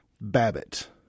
Babbitt